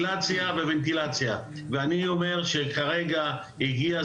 בנגב ובגליל מקומות גדולים ושם כביכול חברות הסלולר אומרות